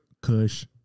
Kush